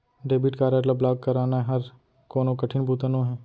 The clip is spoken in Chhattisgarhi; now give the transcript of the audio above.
डेबिट कारड ल ब्लॉक कराना हर कोनो कठिन बूता नोहे